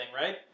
right